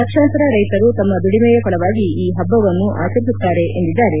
ಲಕ್ಷಾಂತರ ರೈತರು ತಮ್ಮ ದುಡಿಮೆಯ ಫಲವಾಗಿ ಈ ಹಬ್ಬವನ್ನು ಆಚರಿಸಲಾಗುತ್ತಿದೆ ಎಂದಿದ್ದಾರೆ